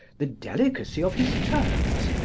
the delicacy of his turns,